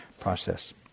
process